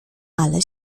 ale